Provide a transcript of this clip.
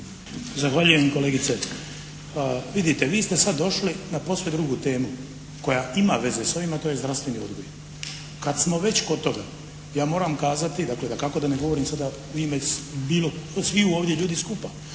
Zahvaljujem kolegice. Vidite, vi ste sad došli na posve drugu temu, koja ima veze s ovim, a to je zdravstveni odgoj. Kad smo već kod toga ja moram kazati, dakle dakako da ne govorim sada u ime sviju ovdje ljudi skupa.